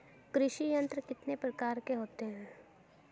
कृषि यंत्र कितने प्रकार के होते हैं?